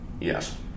Yes